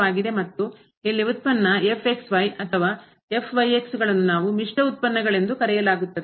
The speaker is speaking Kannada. ಮತ್ತು ಇಲ್ಲಿ ಉತ್ಪನ್ನ ಅಥವಾ ಗಳನ್ನು ನಾವು ಮಿಶ್ರ ಉತ್ಪನ್ನಗಳೆಂದು ಕರೆಯಲಾಗುತ್ತದೆ